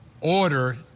order